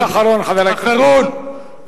חבר הכנסת גילאון, משפט אחרון.